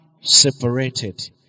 separated